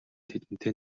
тэдэнтэй